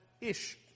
Ish